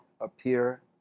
appear